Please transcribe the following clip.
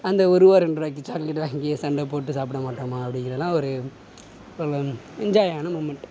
அந்த ஒரூவா ரெண்டுரூவாய்க்கு சாக்லேட் வாங்கி சண்டப்போட்டு சாப்பிட மாட்டோமா அப்படிங்கிறதெல்லாம் ஒரு ஒரு என்ஜாயான மூவ்மெண்ட்